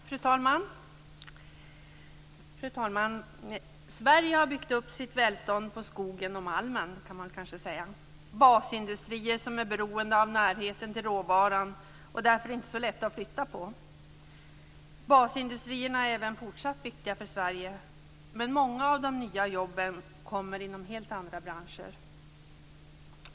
Fru talman! Sverige har byggt upp sitt välstånd på skogen och malmen. Det är basindustrier som är beroende av närheten till råvaran och därför inte är så lätta att flytta på. Basindustrierna är fortsatt viktiga för Sverige. Men många av de nya jobben kommer inom helt andra branscher.